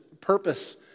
purpose